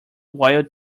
wild